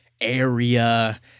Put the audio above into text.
area